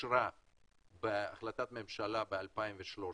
אושרה בהחלטת ממשלה ב-2013